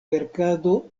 verkado